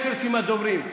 יש רשימת דוברים.